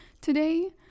today